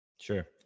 Sure